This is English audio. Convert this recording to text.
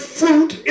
fruit